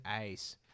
ace